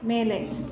ಮೇಲೆ